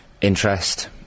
interest